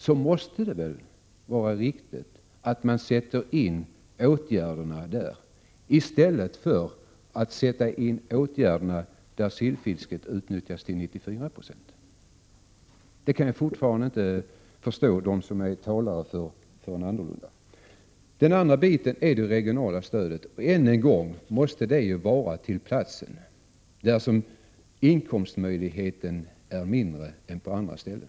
Då måste det väl vara riktigt att sätta in åtgärderna där i stället för att sätta in dem där sillfisket utnyttjas till 94 90. Jag kan fortfarande inte förstå dem som talar för en annan ordning. Den andra frågan rörde det regionala stödet. Än en gång vill jag säga att det ju måste gälla den plats där inkomstmöjligheten är mindre än på andra ställen.